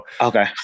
okay